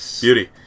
Beauty